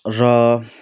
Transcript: र